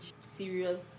serious